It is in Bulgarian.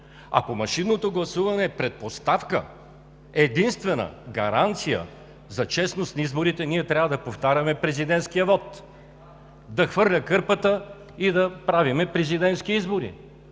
Ако машинното гласуване е предпоставка, единствена гаранция за честност на изборите, ние трябва да повтаряме президентския вот – да хвърля кърпата, и да правим президентски избори.